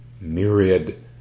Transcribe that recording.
myriad